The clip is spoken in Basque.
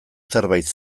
zerbait